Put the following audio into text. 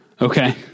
Okay